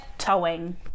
Towing